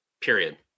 period